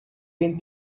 been